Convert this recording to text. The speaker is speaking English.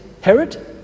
Herod